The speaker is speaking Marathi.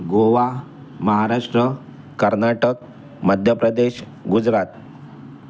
गोवा महाराष्ट्र कर्नाटक मध्य प्रदेश गुजरात